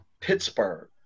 Pittsburgh